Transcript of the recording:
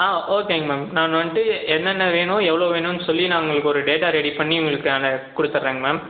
ஆ ஓகேங்க மேம் நான் வந்துட்டு என்னென்ன வேணும் எவ்வளோ வேணும்னு சொல்லி நான் உங்களுக்கு ஒரு டேட்டா ரெடி பண்ணி உங்களுக்கு அதை கொடுத்தர்றேங்க மேம்